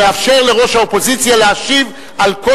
המאפשר לראש האופוזיציה להשיב על כל